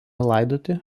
laidoti